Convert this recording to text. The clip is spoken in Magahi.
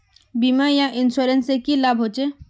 बीमा या इंश्योरेंस से की लाभ होचे?